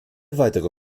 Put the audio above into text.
weitere